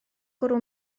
gwrw